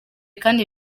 kandi